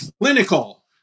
clinical